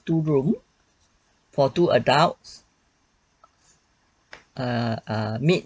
two room for two adults err err mid